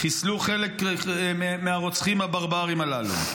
חיסלו חלק מהרוצחים הברברים הללו.